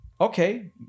okay